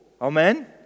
Amen